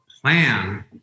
plan